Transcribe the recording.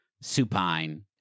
supine